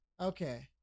Okay